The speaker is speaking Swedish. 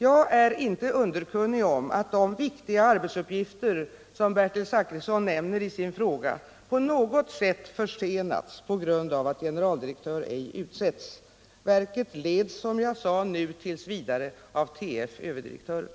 Jag är inte underkunnig om att de viktiga arbetsuppgifter som Bertil Zachrisson nämner i sin fråga på något sätt försenats på grund av att generaldirektör ej utsetts. Verket leds, som jag sade, t. v. av tillförordnade överdirektören.